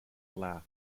laugh